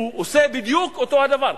הוא עושה בדיוק אותו הדבר.